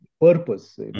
purpose